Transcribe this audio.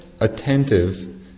attentive